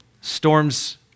storms